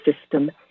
system